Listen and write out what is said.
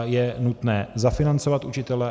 Je nutné zafinancovat učitele.